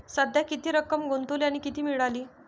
सध्या किती रक्कम गुंतवली आणि किती मिळाली